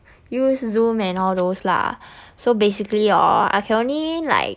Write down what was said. use zoom and all those lah so basically orh I can only like